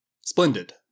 Splendid